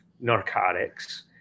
narcotics